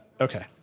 Okay